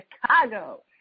Chicago